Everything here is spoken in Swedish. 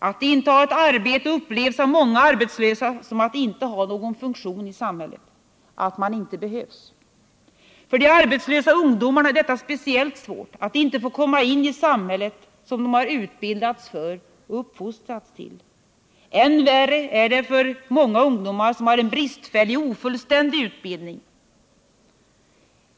Att inte ha arbete upplevs av många arbetslösa som att inte ha någon funktion i samhället, att man inte behövs. För de arbetslösa ungdomarna är detta speciellt svårt — att inte få komma in i samhället som de har utbildats för och uppfostrats till. Än värre är det för många ungdomar som har en bristfällig och ofullständig utbildning.